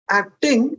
acting